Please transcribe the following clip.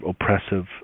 oppressive